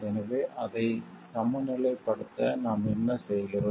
எனவே அதை சமநிலைப்படுத்த நாம் என்ன செய்கிறோம்